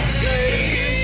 say